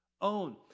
own